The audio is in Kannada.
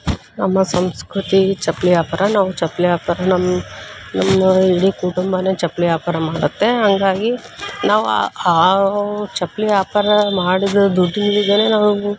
ನಮ್ಮ ಸಂಸ್ಕೃತಿ ಚಪ್ಪಲಿ ವ್ಯಾಪಾರ ನಾವು ಚಪ್ಪಲಿ ವ್ಯಾಪಾರ ನಮ್ಮ ನಮ್ಮ ಇಡೀ ಕುಟುಂಬವೇ ಚಪ್ಪಲಿ ವ್ಯಾಪಾರ ಮಾಡುತ್ತೆ ಹಂಗಾಗಿ ನಾವು ಆ ಚಪ್ಪಲಿ ವ್ಯಾಪಾರ ಮಾಡಿದ ದುಡ್ಡಿನಿಂದಲೇ ನಾವು